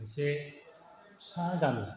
मोनसे फिसा गामि